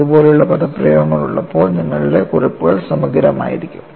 ഇതുപോലുള്ള പദപ്രയോഗങ്ങൾ ഉള്ളപ്പോൾ നിങ്ങളുടെ കുറിപ്പുകൾ സമഗ്രമായിരിക്കും